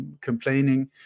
complaining